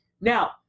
Now